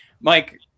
Mike